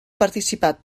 participat